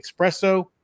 espresso